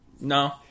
No